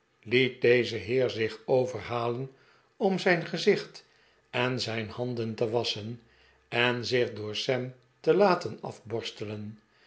deze heer zich overhalen om zijn gezicht en zijn handen te wasschen en zich door sam te laten afborstelen